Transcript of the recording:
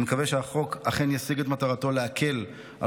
אני מקווה שהחוק אכן ישיג את מטרתו להקל על